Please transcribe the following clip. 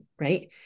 right